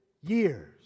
years